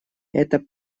это